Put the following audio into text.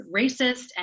racist